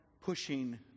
pushing